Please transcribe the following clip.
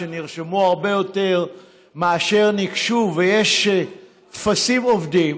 שנרשמו הרבה יותר מאשר ניגשו ויש טפסים אובדים,